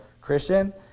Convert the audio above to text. Christian